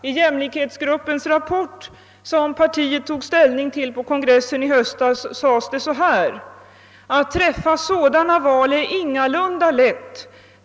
I jämlikhetsgruppens rapport, som partiet tog ställning till på kongressen i höstas, sades det: »Att träffa sådana val är ingalunda lätt.